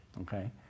okay